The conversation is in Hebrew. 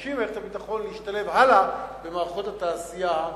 הפורשים ממערכת הביטחון להשתלב הלאה במערכות התעשייה הביטחונית.